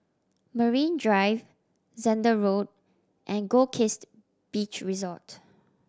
Marine Drive Zehnder Road and Goldkist Beach Resort